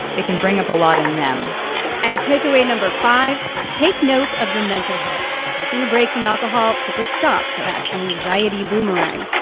it can bring up a lot in them and takeaway no. five take note of your mental health. taking a break from alcohol puts a stop to that anxiety boomerang.